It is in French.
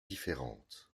différente